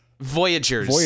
Voyagers